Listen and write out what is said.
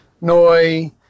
Noi